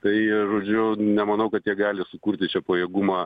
tai žodžiu nemanau kad jie gali sukurti čia pajėgumą